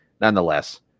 nonetheless